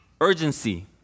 urgency